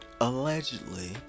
Allegedly